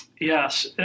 Yes